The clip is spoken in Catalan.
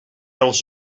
els